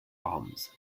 arms